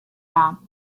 dar